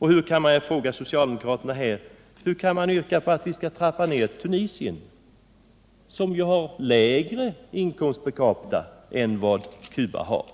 beloppet. En annan fråga som man kan ställa till socialdemokraterna är: Hur kan ni yrka på att vi skall trappa ned biståndet till Tunisien, som ju har en lägre inkomst per capita än vad Cuba har?